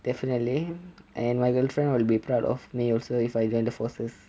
definitely and my girlfriend will be proud of me also if I join the forces